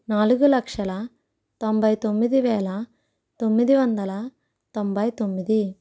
నాలుగు లక్షల తొంభై తొమ్మిది వేల తొమ్మిది వందల తొంభై తొమ్మిది